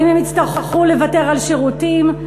האם הם יצטרכו לוותר על שירותים,